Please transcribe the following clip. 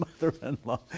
mother-in-law